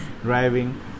driving